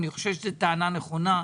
אני חושב שהטענה שהועלתה היא נכונה.